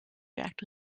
react